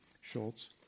Schultz